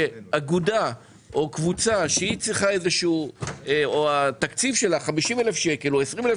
שאגודה או קבוצה שהתקציב שלה הוא 50,000 שקלים או 20,000